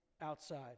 outside